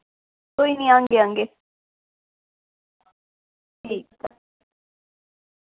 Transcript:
कोई नी आह्गे आह्गे